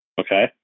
Okay